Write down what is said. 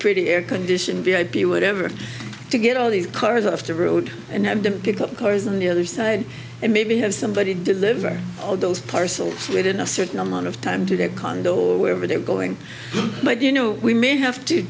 pretty airconditioned v i b e whatever to get all these cars off the road and have them pick up cars on the other side and maybe have somebody deliver all those parcels within a certain amount of time to their condo or wherever they're going but you know we may have to